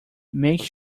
make